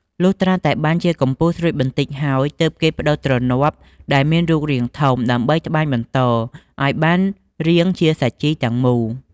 លុះត្រាតែបានជា កំពូលស្រួចបន្តិចហើយ ទើបគេប្តូរទ្រនាប់ដែលមានរូបរាងធំ ដើម្បីត្បាញបន្តឲ្យបានរាងជាសាជីទាំងមូល។